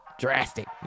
drastic